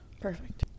Perfect